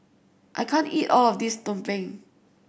I can't eat all of this Tumpeng